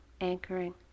anchoring